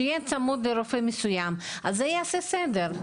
שיהיה צמוד לרופא מסוים, וזה יעשה סדר.